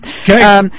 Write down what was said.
Okay